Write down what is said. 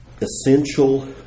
essential